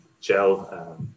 gel